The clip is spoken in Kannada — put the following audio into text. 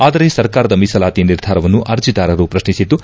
ಆದರೆ ಸರ್ಕಾರದ ಮೀಸಲಾತಿ ನಿರ್ಧಾರವನ್ನು ಅರ್ಜಿದಾರರು ಪ್ರಶ್ನಿಸಿದ್ದು